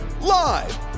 live